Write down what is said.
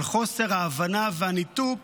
על חוסר ההבנה והניתוק